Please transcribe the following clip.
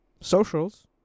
socials